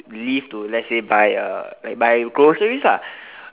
leave to let's say buy a like buy groceries lah